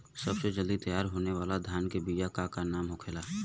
सबसे जल्दी तैयार होने वाला धान के बिया का का नाम होखेला?